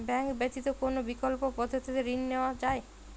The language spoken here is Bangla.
ব্যাঙ্ক ব্যতিত কোন বিকল্প পদ্ধতিতে ঋণ নেওয়া যায়?